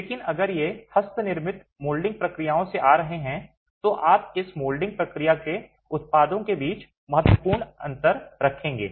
लेकिन अगर ये हस्तनिर्मित मोल्डिंग प्रक्रियाओं से आ रहे हैं तो आप इस मोल्डिंग प्रक्रिया के उत्पादों के बीच महत्वपूर्ण अंतर रखेंगे